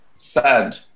sad